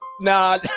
nah